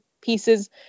pieces